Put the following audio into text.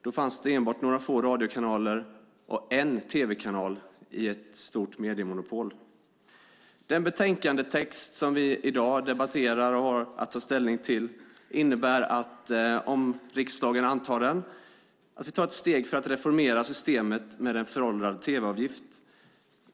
Då fanns det enbart några få radiokanaler och bara en tv-kanal i ett stort mediemonopol. Den betänkandetext som vi i dag debatterar och har att ta ställning till innebär, om riksdagen bifaller förslaget, att vi tar ett steg för att reformera systemet med en föråldrad tv-avgift.